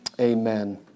Amen